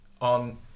on